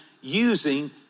using